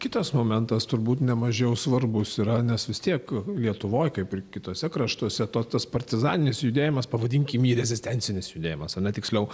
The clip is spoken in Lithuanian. kitas momentas turbūt nemažiau svarbus yra nes vis tiek lietuvoj kaip ir kituose kraštuose to tas partizaninis judėjimas pavadinkim jį rezistencinis judėjimas ar ne tiksliau